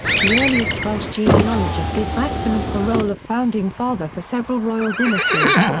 the earliest welsh genealogies give maximus the role of founding father for several royal dynasties,